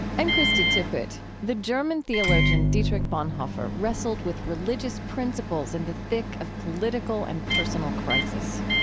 i'm krista tippett. the german theologian dietrich bonhoeffer wrestled with religious principles in the thick of political and personal crisis.